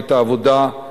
את העבודה,